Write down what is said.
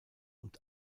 und